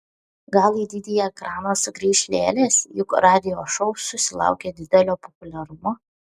gal į didįjį ekraną sugrįš lėlės juk radio šou susilaukė didelio populiarumo